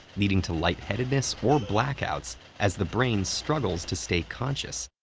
leading to light-headedness or blackouts as the brain struggles to stay conscious.